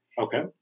Okay